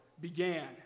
began